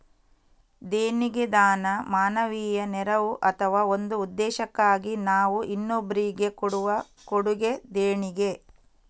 ದೇಣಿಗೆ ದಾನ, ಮಾನವೀಯ ನೆರವು ಅಥವಾ ಒಂದು ಉದ್ದೇಶಕ್ಕಾಗಿ ನಾವು ಇನ್ನೊಬ್ರಿಗೆ ಕೊಡುವ ಕೊಡುಗೆ ದೇಣಿಗೆ